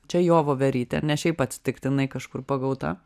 čia jo voverytė ne šiaip atsitiktinai kažkur pagauta